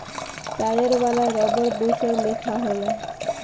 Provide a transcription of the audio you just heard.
tyre वाला रबड़ दोसर लेखा होला